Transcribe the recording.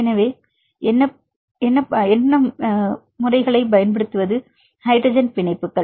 எனவே என்ன ஹைட்ரஜன் பிணைப்புகள்